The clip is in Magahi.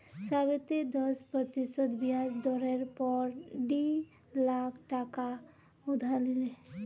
सावित्री दस प्रतिशत ब्याज दरेर पोर डी लाख टका उधार लिले